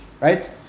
right